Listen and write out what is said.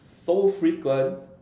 so frequent